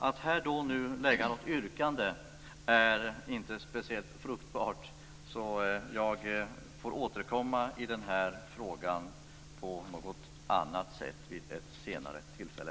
Att här nu lägga något yrkande är inte speciellt fruktbart, så jag får återkomma i den här frågan på något annat sätt vid ett senare tillfälle.